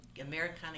Americana